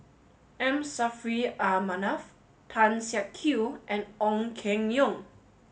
M Saffri A Manaf Tan Siak Kew and Ong Keng Yong